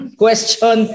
question